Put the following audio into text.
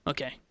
Okay